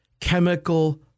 chemical